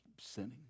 sinning